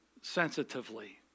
sensitively